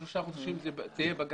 בעוד שלושה חודשים תהיה פגרה,